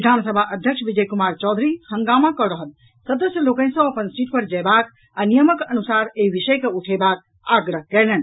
विधान सभा अध्यक्ष विजय कुमार चौधरी हंगामा कऽ रहल सदस्य लोकनि सॅ अपन सीट पर जयबाक आ नियमक अनुसार एहि विषय के उठेबाक आग्रह कयलनि